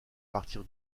partir